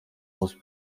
most